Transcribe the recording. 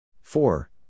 Four